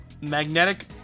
Magnetic